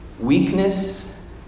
Weakness